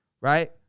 right